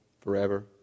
forever